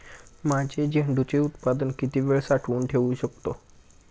माझे झेंडूचे उत्पादन किती वेळ साठवून ठेवू शकतो?